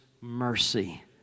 mercy